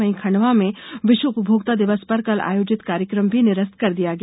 वहीं खंडवा में विश्व उपभोक्ता दिवस पर कल आयोजित कार्यक्रम भी निरस्त कर दिया गया